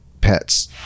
pets